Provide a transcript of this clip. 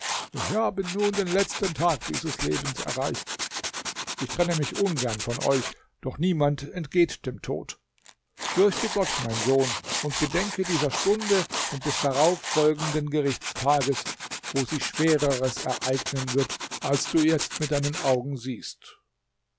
ich habe nun den letzten tag dieses lebens erreicht ich trenne mich ungern von euch doch niemand entgeht dem tod fürchte gott mein sohn und gedenke dieser stunde und des darauf folgenden gerichtstages wo sich schwereres ereignen wird als du jetzt mit deinen augen siehst